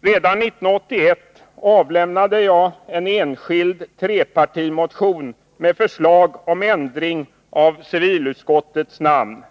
Redan 1981 avlämnade jag en enskild trepartimotion med förslag om ändring av civilutskottets namn.